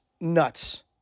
nuts